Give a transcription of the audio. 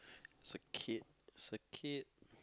as a kid as a kid